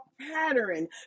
pattern